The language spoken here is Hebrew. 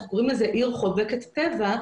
אנחנו קוראים לזה עיר חובקת טבע,